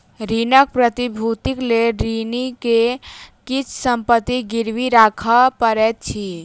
ऋणक प्रतिभूतिक लेल ऋणी के किछ संपत्ति गिरवी राखअ पड़ैत अछि